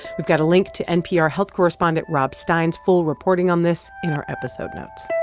we've got a link to npr health correspondent rob stein's full reporting on this in our episode notes